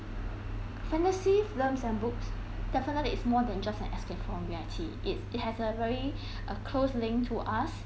fantasy films and books definitely it's more than just an escape from reality it it has a very uh close link to us